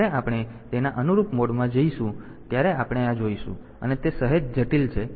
તેથી જ્યારે આપણે તેના અનુરૂપ મોડમાં જઈશું ત્યારે આપણે આ જોઈશું અને તે સહેજ જટિલ છે